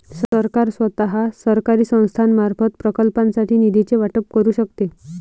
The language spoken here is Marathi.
सरकार स्वतः, सरकारी संस्थांमार्फत, प्रकल्पांसाठी निधीचे वाटप करू शकते